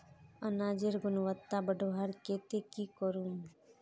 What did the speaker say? अनाजेर गुणवत्ता बढ़वार केते की करूम?